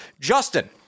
Justin